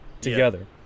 together